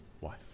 wife